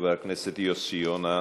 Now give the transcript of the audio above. חבר הכנסת יוסי יונה,